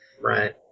right